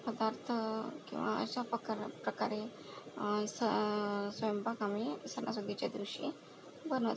पदार्थ किंवा अशा पकार प्रकारे सं स्वयंपाक आम्ही सणासुदीच्या दिवशी बनव